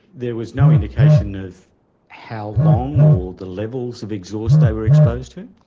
there was no indication of how long or the levels of exhaust they were exposed to?